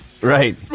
Right